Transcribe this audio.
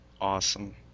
Awesome